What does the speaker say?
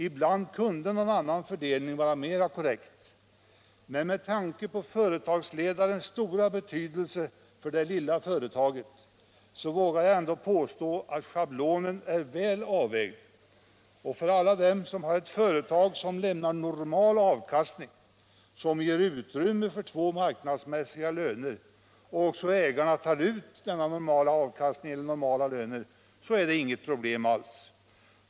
Ibland kunde en annan fördelning vara mera korrekt, men med tanke på företagsledarens stora betydelse för det lilla företaget vågar jag ändå påstå att schablonen är väl avvägd, och för alla dem som har ett företag som lämnar normal avkastning, som ger utrymme för två marknadsmässiga löner, och då ägarna också tar ut denna normala avkastning genom uttag av normala löner, är det inget problem alls.